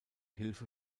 hilfe